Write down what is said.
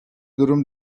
durum